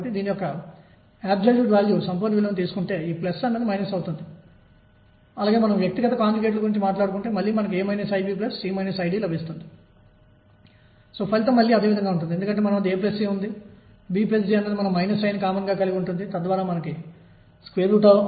కాబట్టి Wilson Sommerfeld నిబంధన harmonic oscillator హరాత్మక డోలకంకు వర్తింపజేయబడింది దీని కోసం మనకు ఇప్పటికే సమాధానం తెలుసు